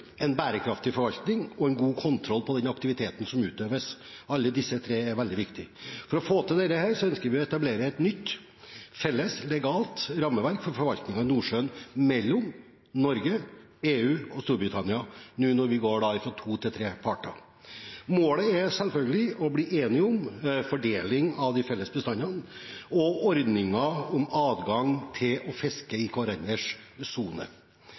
en bærekraftig forvaltning og en god kontroll på den aktiviteten som utøves. Alle disse tre er veldig viktige. For å få til dette ønsker vi å etablere et nytt, felles legalt rammeverk for forvaltningen av Nordsjøen mellom Norge, EU og Storbritannia når vi nå går fra to til tre parter. Målet er selvfølgelig å bli enige om fordeling av de felles bestandene og ordninger om adgang til å fiske i hverandres sone.